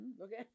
Okay